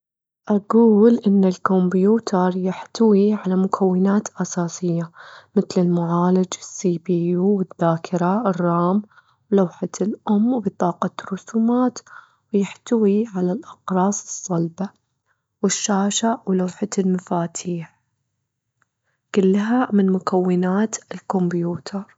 أجول إن الكمبيوتر يحتوي على مكونات أساسية متل المعالج، CPU، والذاكرة، RAM، ولوحة الأم، بطاقة رسومات، ويحتوي على الأقراص الصلبة، والشاشة، ولوحة المفاتيح، كلها من مكونات الكمبيوتر.